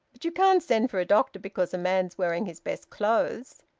but you can't send for a doctor because a man's wearing his best clothes.